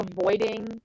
avoiding